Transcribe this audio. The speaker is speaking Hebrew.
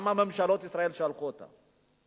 כי ממשלות ישראל שלחו אותם.